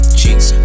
cheeks